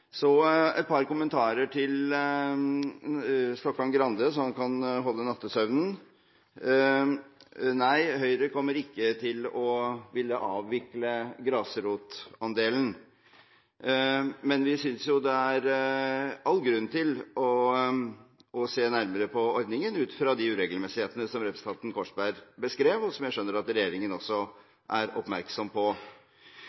Så et par kommentarer til Stokkan-Grande, så han kan beholde nattesøvnen. Nei, Høyre kommer ikke til å ville avvikle grasrotandelen, men vi synes det er all grunn til å se nærmere på ordningen, ut fra de uregelmessighetene som representanten Korsberg beskrev, og som jeg skjønner at regjeringen også